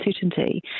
certainty